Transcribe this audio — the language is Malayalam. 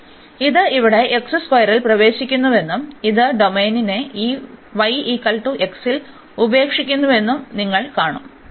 അതിനാൽ ഇത് ഇവിടെ ൽ പ്രവേശിക്കുന്നുവെന്നും ഇത് ഡൊമെയ്നെ ഈ ൽ ഉപേക്ഷിക്കുന്നുവെന്നും നിങ്ങൾ കാണും